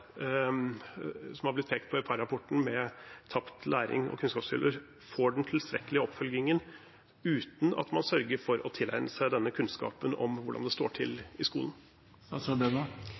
får den tilstrekkelige oppfølgingen uten at man sørger for å tilegne seg denne kunnskapen om hvordan det står til i